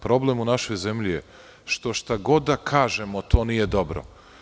Problem u našoj zemlji je što šta god da kažemo to nije dobro.